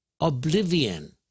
oblivion